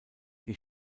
die